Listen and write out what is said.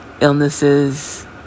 illnesses